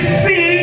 see